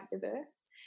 diverse